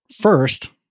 first